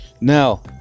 Now